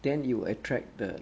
then it will attract the